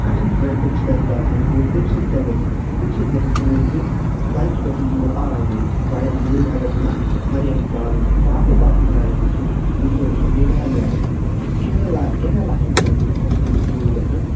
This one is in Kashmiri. کٔٹھِن ٹرٛٮ۪فِک چھُ تَتیُک آسان گوٚو تَمہِ سۭتۍ کیاہ گژھِ تٔمۍ سۭتۍ گژھِ کٲم کہِ بایِکہِ پٮ۪ٹھ یی تور آرامٕے بَیہِ گٲڑۍ اَگر نِمو واریاہ ہیٚکہِ پرٛابلِم گٔژھِتھ باقٕے باقٕے جایہِ تہِ چھِ یِتھ پٲٹھۍ چھِ مٮ۪گھالِیا چھُ یا کٮ۪رٮ۪لا کٮ۪ریلا چھُ وٕنۍکٮ۪نَس ییٚتہِ کَشمیٖرٕکۍ لوٗکھ گژھان